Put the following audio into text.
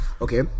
okay